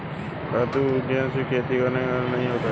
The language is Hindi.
रघुवीर को ग्रीनहाउस द्वारा खेती करना नहीं आता है